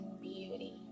beauty